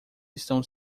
estão